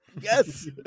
yes